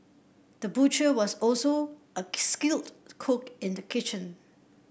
the butcher was also a skilled cook in the kitchen